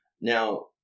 Now